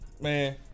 Man